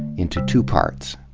into two parts.